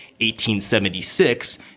1876